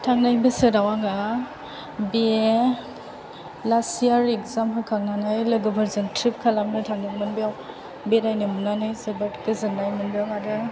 थांनाय बोसोराव आङो B A last year exam होखांनानै लोगोफोरजों थ्रिप खालामनो थांदोंमोन बेयाव बेरायनो मोननानै जोबोर गोजोन्नाय मोनदों आरो